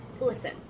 listen